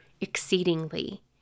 exceedingly